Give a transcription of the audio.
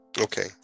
Okay